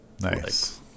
Nice